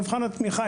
במבחן התמיכה,